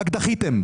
רק דחיתם.